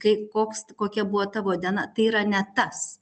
kai koks kokia buvo tavo diena tai yra ne tas